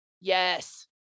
yes